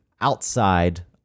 outside